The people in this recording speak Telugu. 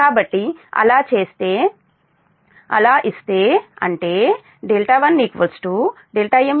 కాబట్టి అలా ఇస్తే అంటే 1m850అంటే 1